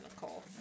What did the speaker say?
Nicole